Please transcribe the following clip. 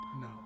no